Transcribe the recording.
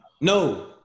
No